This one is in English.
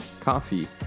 coffee